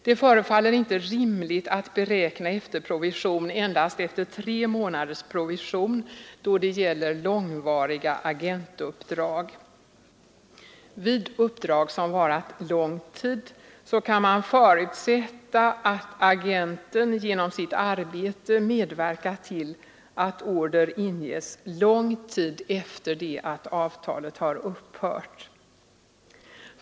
Det förefaller inte rimligt att beräkna efterprovision endast efter tre månaders provision då det gäller långvariga agentuppdrag. Vid uppdrag som varat lång tid kan man förutsätta att agenten genom sitt arbete medverkat till att order inges lång tid efter det att avtalet har upphört.